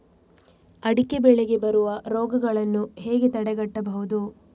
ಅಡಿಕೆ ಬೆಳೆಗೆ ಬರುವ ರೋಗಗಳನ್ನು ಹೇಗೆ ತಡೆಗಟ್ಟಬಹುದು?